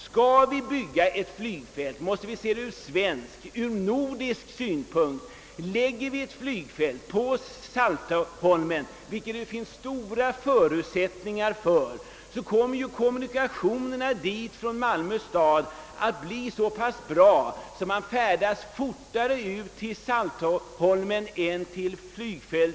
Skall vi bygga ett flygfält måste vi se saken ur svensk och nordisk synpunkt. Om ett flygfält byggs på Saltholm — vilket det finns stora förutsättningar för — kommer kommunikationerna dit från Malmö stad att bli så bra att man färdas fortare till Saltholm än till Sturup.